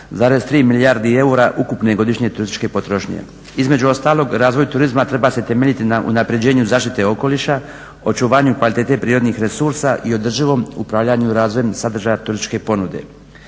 14,3 milijardi eura ukupne godišnje turističke potrošnje. Između ostalog razvoj turizma treba se temeljiti na unapređenju zaštite okoliša, očuvanju kvalitete prirodnih resursa i održivom upravljanju i razvojem sadržaja turističke ponude.